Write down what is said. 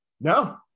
No